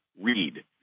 read